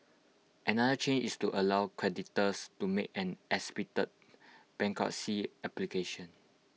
another change is to allow creditors to make an expedited bankruptcy application